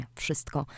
wszystko